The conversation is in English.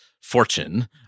fortune